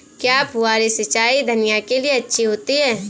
क्या फुहारी सिंचाई धनिया के लिए अच्छी होती है?